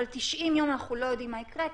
ב-90 יום אנחנו לא יודעים מה יקרה,